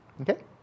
Okay